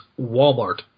Walmart